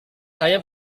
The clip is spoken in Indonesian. saya